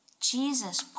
Jesus